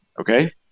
okay